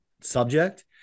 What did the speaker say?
subject